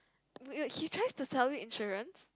wait he tries to sell you insurance